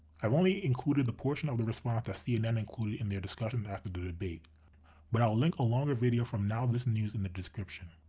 i've only included the portion of the response that cnn included in their discussion after the debate, but i'll link a longer video from nowthis news in the description.